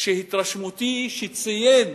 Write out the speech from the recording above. לפי התרשמותי, שציין